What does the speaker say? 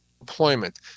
employment